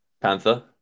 Panther